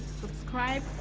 subscribe